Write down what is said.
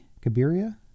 Kabiria